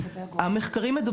המחקרים,